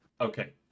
Okay